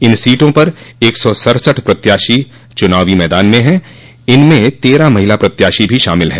इन सीटों पर एक सौ सड़सठ प्रत्याशी चुनावी मैदान में हैं इनमें तेरह महिला प्रत्याशी भी शामिल हैं